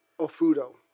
ofudo